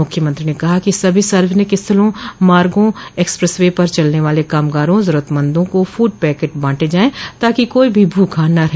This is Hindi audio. मुख्यमंत्री ने कहा कि सभी सार्वजनिक स्थलों मार्गों एक्सप्रेस व पर चलने वाले कामगारों जरूरतमंदों को फूड पैकेट बाटे जाएं ताकि कोई भी भूखा न रहे